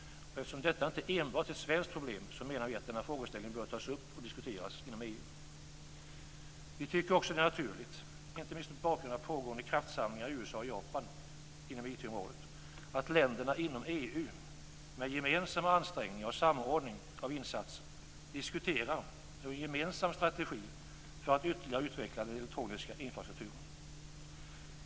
Eftersom detta inte enbart är ett svenskt problem bör denna fråga tas upp och diskuteras inom EU. Vi tycker också att det är naturligt, inte minst mot bakgrund av pågående kraftsamlingar i USA och Japan på IT-området, att länderna inom EU med gemensamma ansträngningar och samordning av insatser diskuterar en gemensam strategi för att ytterligare utveckla den elektroniska infrastrukturen.